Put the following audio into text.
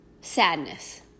sadness